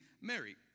Mary